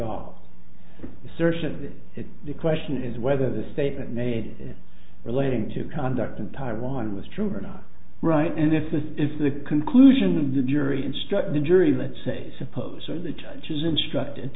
that the question is whether the statement made relating to conduct in taiwan was true or not right and if this is the conclusion the jury instruct the jury let's say suppose so the judge is instructed